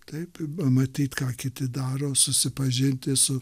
taip pamatyt ką kiti daro susipažinti su